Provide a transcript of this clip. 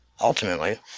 ultimately